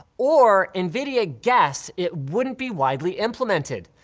or nvidia guessed it wouldn't be widely implemented.